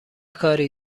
کاری